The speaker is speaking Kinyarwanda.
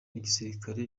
igisirikare